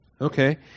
Okay